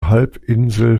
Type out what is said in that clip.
halbinsel